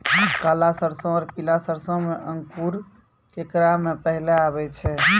काला सरसो और पीला सरसो मे अंकुर केकरा मे पहले आबै छै?